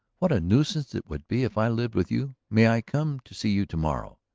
what a nuisance it would be if i lived with you? may i come to see you to-morrow?